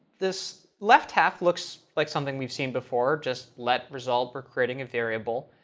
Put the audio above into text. this left half looks like something we've seen before, just let result for creating a variable.